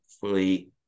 fully